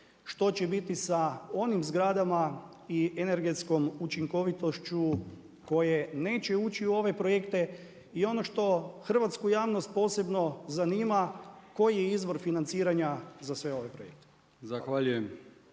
Što će biti sa onim zgradama i energetskom učinkovitošću koje neće ući u ove projekte. I ono što hrvatsku javnost posebno zanima koji je izvor financiranja za sve ove projekte?